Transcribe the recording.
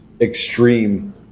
extreme